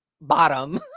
bottom